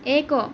ଏକ